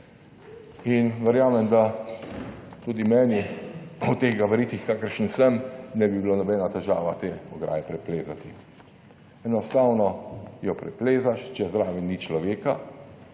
in verjamem, da tudi meni v teh gabaritih, v kakršnih sem, ne bi bila nobena težava te ograje preplezati; enostavno jo preplezaš, če zraven ni človeka,